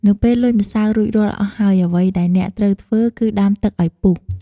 នៅពេលលញ់ម្សៅរួចរាល់អស់ហើយ អ្វីដែលអ្នកត្រូវធ្វើគឺដាំទឹកឱ្យពុះ។